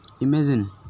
Imagine